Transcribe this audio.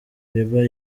bieber